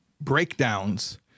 breakdowns